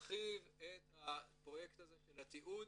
להרחיב את הפרויקט הזה של התיעוד